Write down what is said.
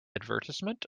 advertisement